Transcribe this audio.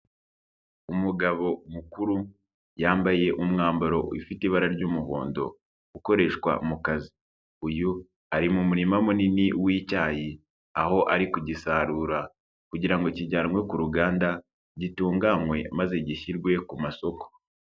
Umugabo mukuru yambaye umwambaro ufite ibara ry'umuhondo ukoreshwa mu kazi, uyu ari mu murima munini w'icyayi, aho ari kugisarura kugira ngo kijyanwe ku ruganda, gitunganywe maze gishyirwe ku masoko.